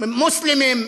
מוסלמים,